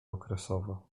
okresowo